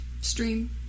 stream